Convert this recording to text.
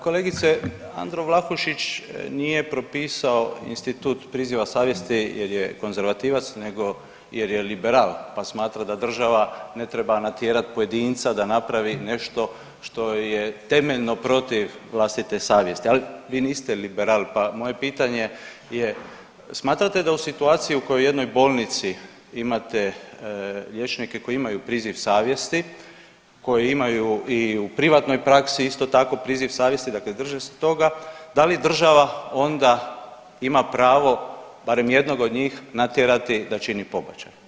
Kolegice, Andro Vlahušić nije propisao institut priziva savjesti jer je konzervativac nego jer je liberal pa smatra da država ne treba natjerati pojedinca da napravi nešto što je temeljno protiv vlastite savjesti, ali vi niste liberal pa, moje pitanje je smatrate da u situaciji u kojoj jednoj bolnici imate liječnike koji imaju priziv savjesti, koji imaju i u privatnoj praksi isto tako priziv savjesti, dakle drže se toga, da li država onda ima pravo, barem jednog od njih natjerati da čini pobačaj?